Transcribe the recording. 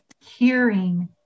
hearing